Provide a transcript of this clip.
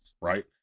Right